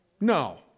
No